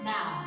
Now